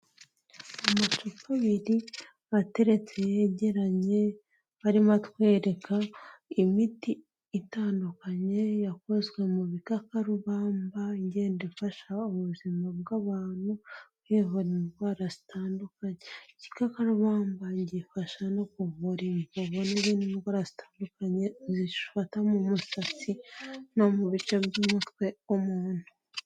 Amacupa abiri aterete yegeranye, arimo atwereka imiti itandukanye, yakozwe mu bikakarubamba, ngenda ifasha ubuzima bw'abantu, bwibonera indwara zitandukanye, ikikakarubamba gifasha no kuvura imvuvu n'zindi ndwara zitandukanye zifata mu musatsi no mu bice by'umutwe w'umuntu.